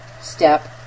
step